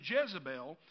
Jezebel